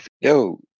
yo